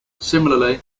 similarly